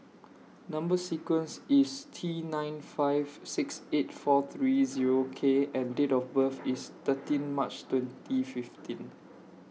Number sequence IS T nine five six eight four three Zero K and Date of birth IS thirteen March twenty fifteen